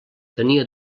tenia